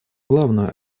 главную